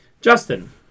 Justin